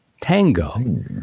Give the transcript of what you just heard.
Tango